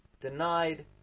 denied